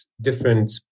different